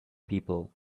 people